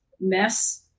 mess